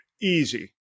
Easy